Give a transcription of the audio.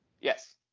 Yes